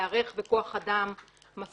להיערך בכוח אדם מספיק